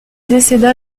décéda